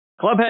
Clubhead